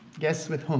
guess with um